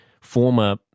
former